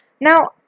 Now